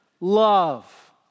love